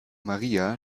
maria